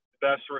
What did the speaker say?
best